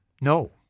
No